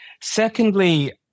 Secondly